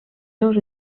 seus